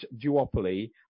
duopoly